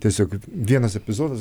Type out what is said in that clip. tiesiog vienas epizodas